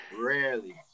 Rarely